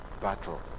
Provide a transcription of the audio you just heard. battle